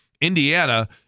Indiana